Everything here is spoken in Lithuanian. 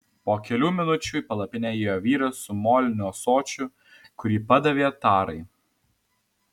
po kelių minučių į palapinę įėjo vyras su moliniu ąsočiu kurį padavė tarai